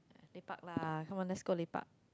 lepak lah come on let's go lepak